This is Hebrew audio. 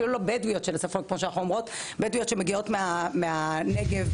בדואיות שמגיעות מהנגב,